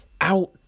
out